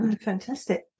Fantastic